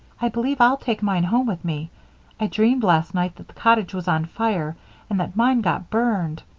i believe i'll take mine home with me i dreamed last night that the cottage was on fire and that mine got burned.